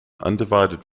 undivided